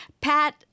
Pat